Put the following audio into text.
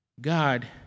God